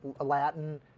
Latin